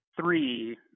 three